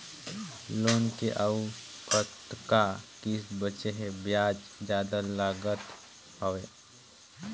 Loan के अउ कतका किस्त बांचें हे? ब्याज जादा लागत हवय,